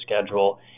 schedule